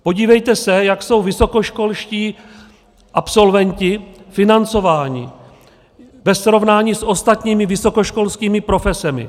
Podívejte se, jak jsou vysokoškolští absolventi financováni ve srovnání s ostatními vysokoškolskými profesemi.